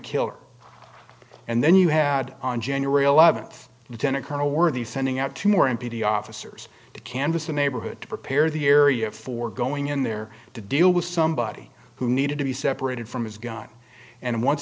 kill her and then you had on january eleventh you ten a colonel worthy sending out two more m p t officers to canvass the neighborhood to prepare the area for going in there to deal with somebody who needed to be separated from his gun and once